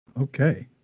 okay